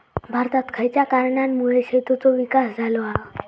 भारतात खयच्या कारणांमुळे शेतीचो विकास झालो हा?